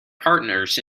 partners